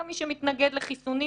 גם מי שמתנגד לחיסונים